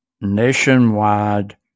nationwide